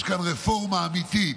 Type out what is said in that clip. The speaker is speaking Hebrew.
יש כאן רפורמה אמיתית